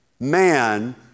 Man